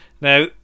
Now